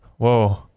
Whoa